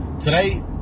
Today